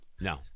No